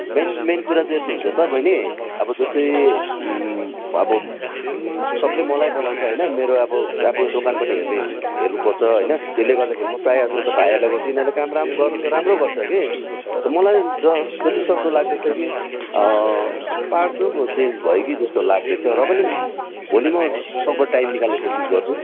main main कुरा त यस्तो हुन्छ त बहिनी अब जस्तै अब सबले मलाई बोलाउँछ होइन मेरो अब अब यो दोकान पनि हेर्ने हेर्नुपर्छ होइन त्यसले गर्दाखेरि म प्रायः जस्तो त भाइहरूलाई गर्छु यिनीहरूले काम गर्नु त राम्रो गर्छ कि मलाई नि जति सक्दो लाग्दैछ कि पार्ट्स पो चेन्ज भयो कि जस्तो लाग्दैछ र पनि भोलि म सक्दो टाइम निकाल्ने कोसिस गर्छु